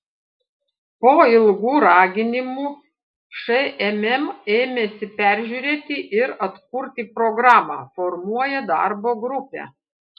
po ilgų raginimų šmm ėmėsi peržiūrėti ir atkurti programą formuoja darbo grupę